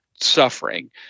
suffering